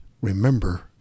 remember